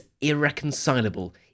irreconcilable